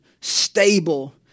stable